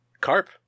Carp